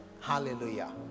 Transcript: hallelujah